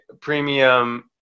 premium